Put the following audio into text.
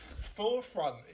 forefront